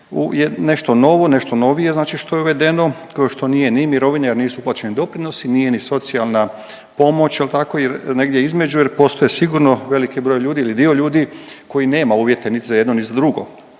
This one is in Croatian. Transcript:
je nešto novo, nešto novije znači što je uvedeno, kao što nije ni mirovine jer nisu uplaćeni doprinosi, nije ni socijalna pomoć jel tako, jer, negdje između, jer postoji sigurno veliki broj ljudi ili dio ljudi koji nema uvjete nit za jedno, ni za drugo